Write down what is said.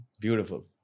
Beautiful